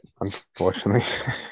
Unfortunately